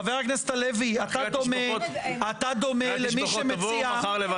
חבר הכנסת הלוי, אתה דומה למי שמציע